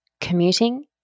commuting